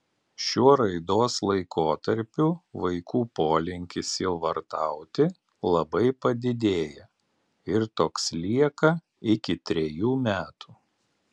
šiuo raidos laikotarpiu vaikų polinkis sielvartauti labai padidėja ir toks lieka iki trejų metų